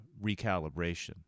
recalibration